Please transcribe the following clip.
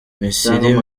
misiri